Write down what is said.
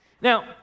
Now